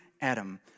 Adam